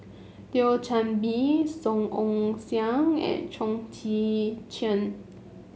Thio Chan Bee Song Ong Siang and Chong Tze Chien